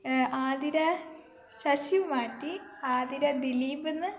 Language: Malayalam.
ആതിര ശശി മാറ്റി ആതിര ദിലീപെന്ന്